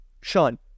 Sean